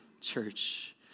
Church